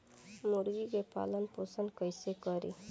मुर्गी के पालन पोषण कैसे करी?